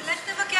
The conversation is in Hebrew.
אז לך תבקר אותו.